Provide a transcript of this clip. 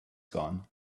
gone